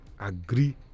agree